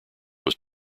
was